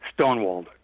stonewalled